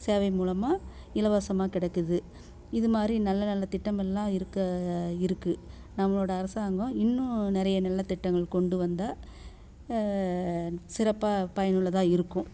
சேவை மூலமாக இலவசமாக கிடைக்குது இது மாதிரி நல்ல நல்ல திட்டமெல்லாம் இருக்க இருக்குது நம்மளோட அரசாங்கம் இன்னும் நிறைய நல்ல திட்டங்கள் கொண்டு வந்தால் சிறப்பாக பயன் உள்ளதாக இருக்கும்